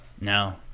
No